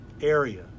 area